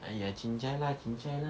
!aiya! cincai lah cincai lah